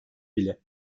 bile